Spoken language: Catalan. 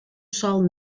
sol